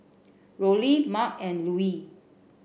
Rollie Marc and Lewis